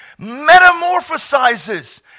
metamorphosizes